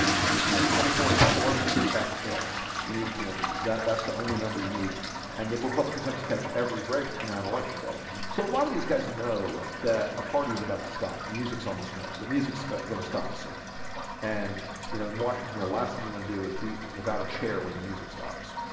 it's you know twenty four and it's pelosi. that's it you need you know, that that's the only number you need and the republicans have to catch every break between on election day so a lot of these guys know that the party's about to stop the music's almost come the music's gonna stop soon and you know in washington the last thing you want to do is be without a chair when the music stops